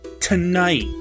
tonight